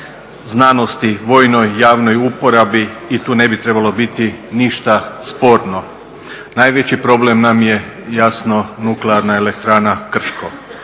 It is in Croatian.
znanosti, vojnoj, javnoj uporabi i tu ne bi trebalo biti ništa sporno. Najveći problem nam je jasno Nuklearna elektrana Krško.